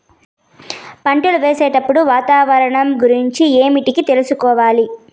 పంటలు వేసేటప్పుడు వాతావరణం గురించి ఏమిటికి తెలుసుకోవాలి?